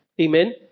Amen